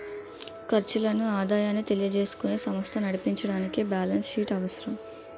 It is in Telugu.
ఖర్చులను ఆదాయాన్ని తెలియజేసుకుని సమస్త నడిపించడానికి బ్యాలెన్స్ షీట్ అవసరం